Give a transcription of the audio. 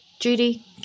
Judy